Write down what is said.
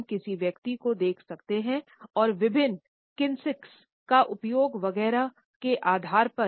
हम किसी व्यक्ति को देख सकते है और विभिन्न काइनेसिक्स का उपयोग वगैरह के आधार पर हम एक विशेष राय बना सकते हैं